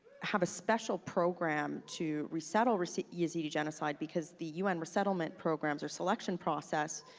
have a special program to resettle resettle yazidi genocide because the un resettlement programs, or selection process,